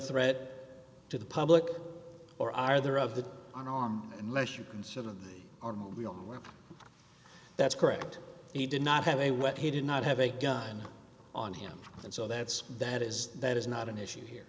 threat to the public or are there of the on on unless you consider the weapon that's correct he did not have a what he did not have a gun on him and so that's that is that is not an issue here